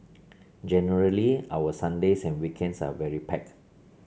generally our Sundays and weekends are very packed